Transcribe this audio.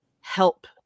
help